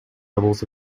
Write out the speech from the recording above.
levels